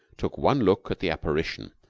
took one look at the apparition,